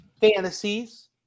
fantasies